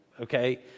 okay